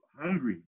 hungry